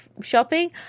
shopping